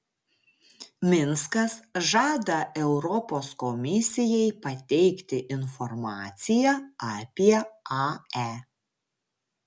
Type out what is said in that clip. minskas žada europos komisijai pateikti informaciją apie ae